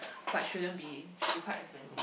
but shouldn't be should be quite expensive